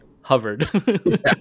hovered